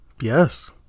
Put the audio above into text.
Yes